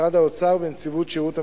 משרד האוצר ונציבות שירות המדינה.